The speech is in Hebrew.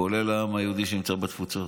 כולל העם היהודי שנמצא בתפוצות,